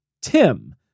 Tim